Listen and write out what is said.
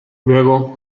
luego